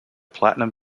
platinum